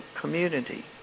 community